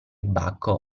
bacco